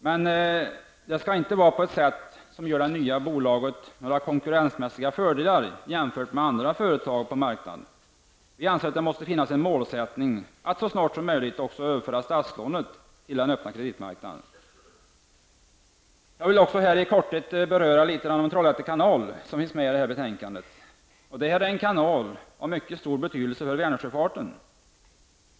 Men det skall inte vara på ett sätt som ger det nya bolaget konkurrensmässiga fördelar jämfört med andra företag på marknaden. Vi anser också att målet bör vara att så snart som möjligt överföra även statslånet till den öppna kreditmarknaden. Jag vill i korthet beröra Trollhätte kanal, som också berörs i betänkandet. Denna kanal är av mycket stor betydelse för Vänersjöfarten.